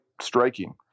striking